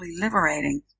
liberating